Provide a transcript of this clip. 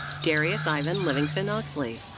darius ivan livingston oxley.